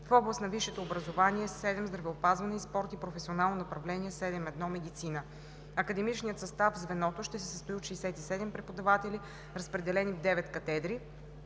в област на висшето образование 7. „Здравеопазване и спорт“ и професионално направление 7.1. „Медицина“. Академичният състав в звеното ще се състои от 67 преподаватели, разпределени в девет катедри,